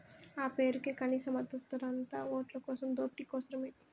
ఆ పేరుకే కనీస మద్దతు ధర, అంతా ఓట్లకోసం దోపిడీ కోసరమే